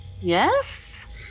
Yes